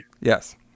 Yes